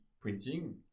printing